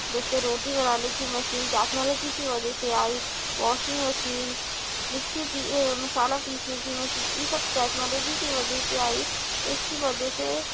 جیسے روٹی بنانے کی مشین ٹیکنالوجی کی وجہ سے آئی واشنگ مشین میکسی مسالہ پیسنے کی مسین یہ سب ٹیکنالوجی کی وجہ سے آئی اس کی وجہ سے